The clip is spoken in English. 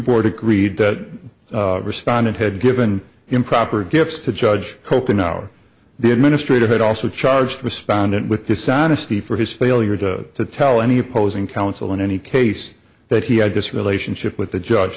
board agreed that respondent had given him proper gifts to judge coke an hour the administrator had also charged respondent with dishonesty for his failure to tell any opposing counsel in any case that he had this relationship with the judge